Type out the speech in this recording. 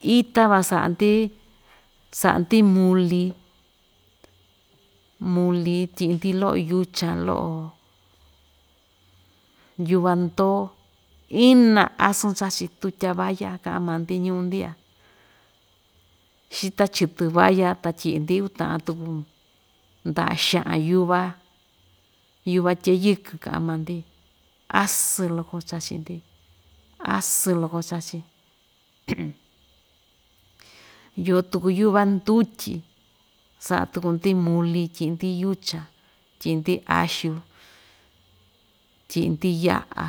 Ita van sa'a‑ndi sa'a‑ndi muli, muli tyi'i‑ndi lo'o yuchan, lo'o yuva‑ndoo, ina asɨɨn chachi tutya valla ka'a maa‑ndi ñuu‑ndi ya xita chitɨ valla ta tyi'i‑ndi uta'an tuku nda'a xa'an yuvá, yuva tye'e yɨkɨn ka'an maa‑ndi asɨɨn loko chachi‑ndi, asɨɨn loko chachi iyo tuku yuva ndutyi sa'a tuku‑ndi muli tyi'i‑ndi yucha, tyi'i‑ndi axu, tyi'i‑ndi ya'a